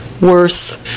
worse